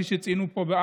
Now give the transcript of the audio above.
כפי שציינו פה,